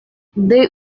they